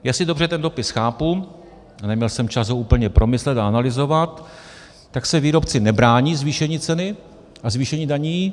Jestli dobře ten dopis chápu, a neměl jsem čas ho úplně promyslet a analyzovat, tak se výrobci nebrání zvýšení ceny a zvýšení daní.